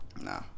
Nah